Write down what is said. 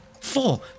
four